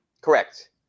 Correct